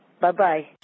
Bye-bye